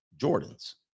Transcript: Jordan's